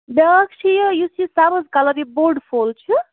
بیٛاکھ چھُ یہِ یُس یہِ سبٕز کَلٕر یہِ بوٚڈ فول چھُ